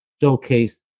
showcase